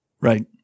right